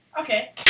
Okay